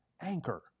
anchor